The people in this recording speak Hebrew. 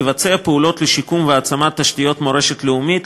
לבצע פעולות לשיקום והעצמה של תשתיות מורשת לאומית,